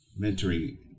mentoring